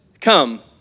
come